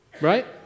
right